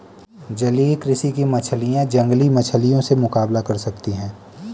जलीय कृषि की मछलियां जंगली मछलियों से मुकाबला कर सकती हैं